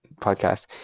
podcast